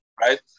Right